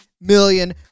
million